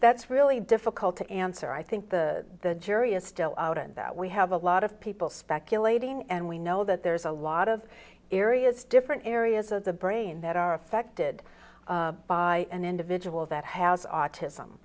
that's really difficult to answer i think the jury is still out in that we have a lot of people speculating and we know that there's a lot of areas different areas of the brain that are affected by an individual that has autism